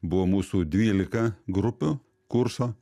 buvo mūsų dvylika grupių kurso